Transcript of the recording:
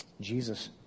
Jesus